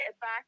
back